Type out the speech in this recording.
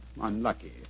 unlucky